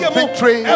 victory